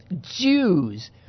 Jews